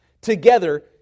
Together